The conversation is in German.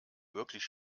wirklich